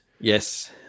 Yes